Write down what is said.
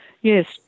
Yes